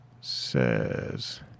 says